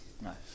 Nice